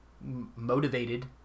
motivated